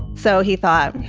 so he thought,